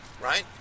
right